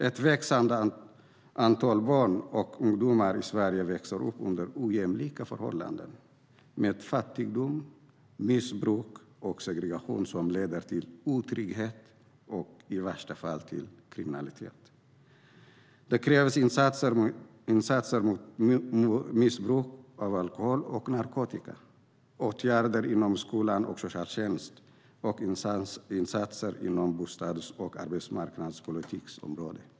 Ett växande antal barn och ungdomar i Sverige växer upp under ojämlika förhållanden med fattigdom, missbruk och segregation som leder till otrygghet och i värsta fall till kriminalitet. Det krävs insatser mot missbruk av alkohol och narkotika, åtgärder inom skola och socialtjänst och insatser inom bostads och arbetsmarknadspolitikens område.